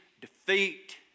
defeat